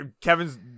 Kevin's